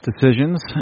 decisions